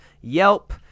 Yelp